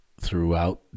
throughout